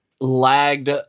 lagged